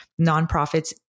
nonprofits